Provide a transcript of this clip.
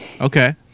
Okay